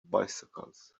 bicycles